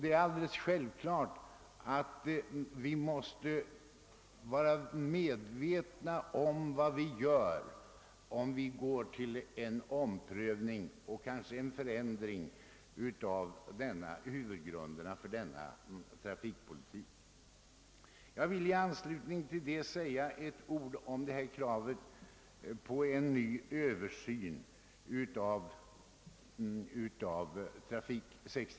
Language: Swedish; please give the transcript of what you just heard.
Det är alldeles självklart att vi måste vara medvetna om vad vi gör, när vi går till en omprövning som kanske leder till en förändring av huvudgrunderna för vår trafikpolitik. Jag vill i anslutning därtill säga ett par ord om kravet på en översyn av 1963 års beslut.